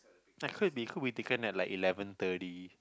ah could be could be taken at like eleven thirty